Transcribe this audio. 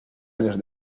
años